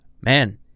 man